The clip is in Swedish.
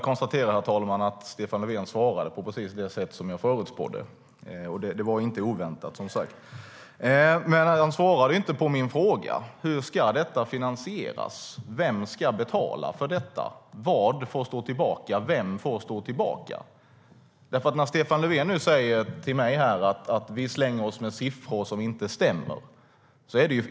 Herr talman! Jag konstaterar att Stefan Löfven svarade på precis det sätt som jag förutspådde, och det var som sagt inte oväntat. Men han svarade ju inte på min fråga. Hur ska detta finansieras? Vem ska betala? Vad och vem får stå tillbaka? Stefan Löfven sa nu till mig här att vi slänger oss med siffror som inte stämmer.